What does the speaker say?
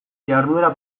jarduera